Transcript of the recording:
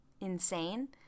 insane